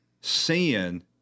Sin